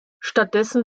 stattdessen